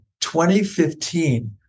2015